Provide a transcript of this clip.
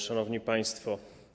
Szanowni Państwo!